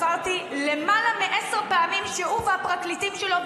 עסקה בעניים, שהיום דנו במצבם בכנסת ישראל.